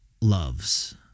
loves